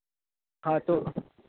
हाँ तो